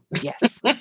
Yes